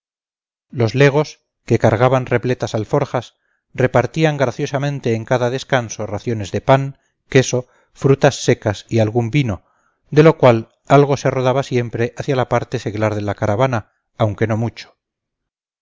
los legos que cargaban repletas alforjas repartían graciosamente en cada descanso raciones de pan queso frutas secas y algún vino de lo cual algo se rodaba siempre hacia la parte seglar de la caravana aunque no mucho